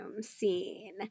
scene